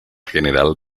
general